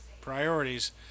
priorities